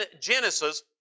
Genesis